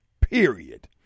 period